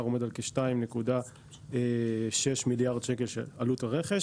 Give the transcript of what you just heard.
ל-1,700 הוא כ-2.6 מיליארד שקל עלות הרכש.